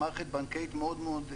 עם מערכת בנקאית מאוד מאוד איתנה.